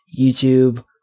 YouTube